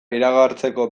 iragartzeko